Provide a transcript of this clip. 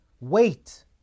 wait